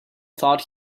thought